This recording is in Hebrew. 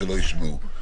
שלא ישמעו.